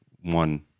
one